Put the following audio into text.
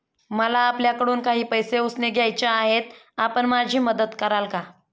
मला आपल्याकडून काही पैसे उसने घ्यायचे आहेत, आपण माझी मदत कराल का?